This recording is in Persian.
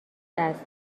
است